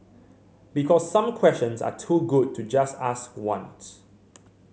because some questions are too good to just ask once